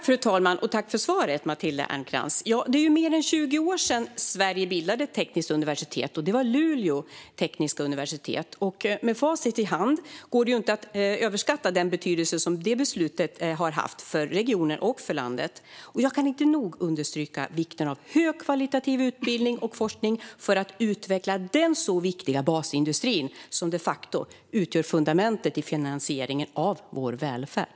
Fru talman! Tack för svaret, Matilda Ernkrans! Det är ju mer än 20 år sedan Sverige senast bildade ett tekniskt universitet. Det var Luleå tekniska universitet, och med facit i hand går det inte att överskatta den betydelse som det beslutet haft för regionen och för landet. Jag kan inte nog understryka vikten av högkvalitativ utbildning och forskning för att utveckla den viktiga basindustrin, som de facto utgör fundamentet i finansieringen av vår välfärd.